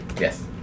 Yes